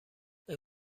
این